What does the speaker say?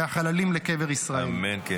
ואת החללים לקבר ישראל.